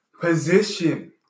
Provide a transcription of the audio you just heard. position